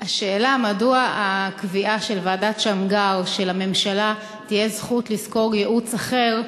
השאלה: מדוע הקביעה של ועדת שמגר שלממשלה תהיה זכות לשכור ייעוץ אחר,